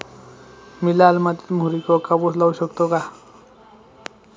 मी लाल मातीत मोहरी किंवा कापूस लावू शकतो का?